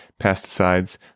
pesticides